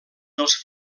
dels